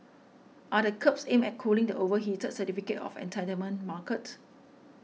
are the curbs aimed at cooling the overheated certificate of entitlement market